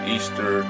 Easter